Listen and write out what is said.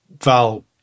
Val